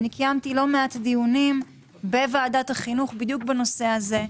קיימתי לא מעט דיונים בוועדת החינוך בדיוק בנושא הזה.